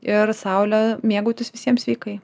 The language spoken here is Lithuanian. ir saule mėgautis visiem sveikai